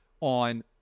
on